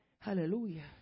Hallelujah